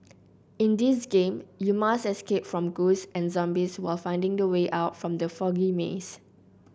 in this game you must escape from ghosts and zombies while finding the way out from the foggy maze